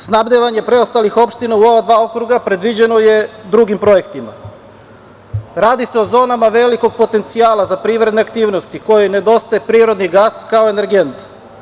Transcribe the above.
Snabdevanje preostalih opština u ova dva okruga predviđeno je drugim projektima i radi se o zonama velikog potencijala za privredne aktivnosti, kojoj nedostaje privredni gas, kao energent.